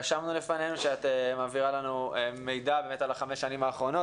רשמנו לפנינו שאת מעבירה לנו מידע על חמש השנים האחרונות.